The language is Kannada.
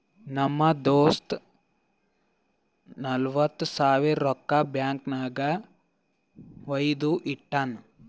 ನಮ್ ದೋಸ್ತ ನಲ್ವತ್ ಸಾವಿರ ರೊಕ್ಕಾ ಬ್ಯಾಂಕ್ ನಾಗ್ ವೈದು ಇಟ್ಟಾನ್